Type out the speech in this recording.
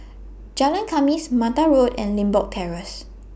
Jalan Khamis Mata Road and Limbok Terrace